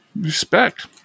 Respect